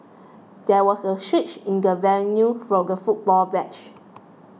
there was a switch in the venue for the football match